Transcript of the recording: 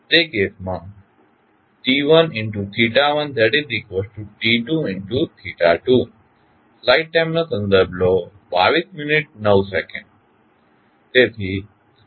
તે કેસમાં T11T22